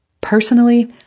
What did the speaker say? Personally